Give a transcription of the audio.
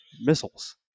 missiles